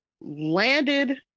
landed